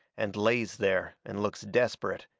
and lays there and looks desperate,